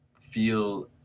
feel